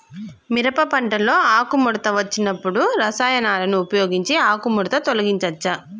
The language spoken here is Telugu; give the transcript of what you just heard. మిరప పంటలో ఆకుముడత వచ్చినప్పుడు రసాయనాలను ఉపయోగించి ఆకుముడత తొలగించచ్చా?